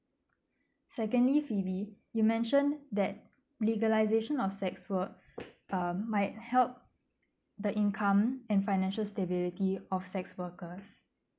secondly phoebe you mentioned that legalisation of sex work um might help the income and financial stability of sex workers